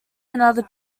another